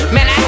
Man